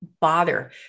bother